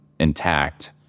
intact